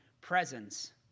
presence